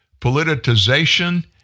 politicization